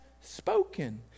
spoken